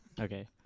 Okay